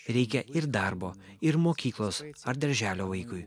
reikia ir darbo ir mokyklos ar darželio vaikui